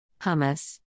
Hummus